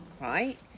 right